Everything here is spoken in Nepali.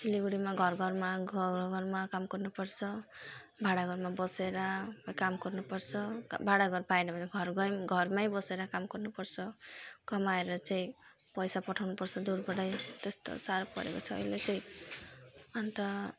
सिलगढीमा घरघरमा घरघरमा काम गर्नुपर्छ भाडा घरमा बसेर काम गर्नुपर्छ भाडा घर पाएन भने घरगै घरमै बसेर काम गर्नुपर्छ कमाएर चाहिँ पैसा पठाउनुपर्छ दुरबाटै त्यस्तो साह्रो परेको छ अहिले चाहिँ अन्त